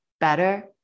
better